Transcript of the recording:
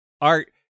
art